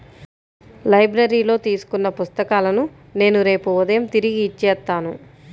లైబ్రరీలో తీసుకున్న పుస్తకాలను నేను రేపు ఉదయం తిరిగి ఇచ్చేత్తాను